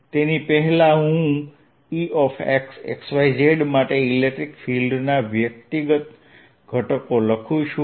તેની પહેલા હું Exxyz માટે ઈલેક્ટ્રીક ફિલ્ડના વ્યક્તિગત ઘટકો લખું છું